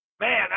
Man